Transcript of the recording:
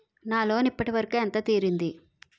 నా లోన్ ఇప్పటి వరకూ ఎంత తీరింది?